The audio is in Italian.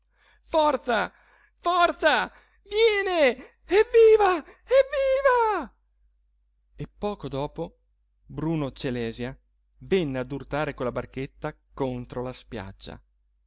forza forza viene evviva evviva e poco dopo bruno celèsia venne ad urtare con la barchetta contro la spiaggia